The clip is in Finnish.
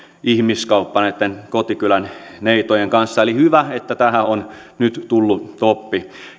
ihmiskauppa näitten kotikylän neitojen kanssa eli hyvä että tähän on nyt tullut stoppi